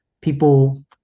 people